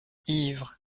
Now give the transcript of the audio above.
ivre